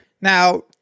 Now